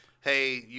hey